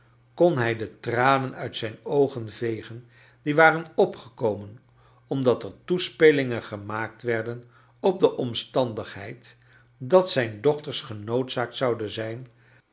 kon hij de tranen uit zijn oogen vegen die waren opgekomen omdat er toespelingen gemaakt werden op de omstandigheid dat zijn dochtcrs genoodzaakt zouden zijn